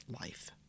life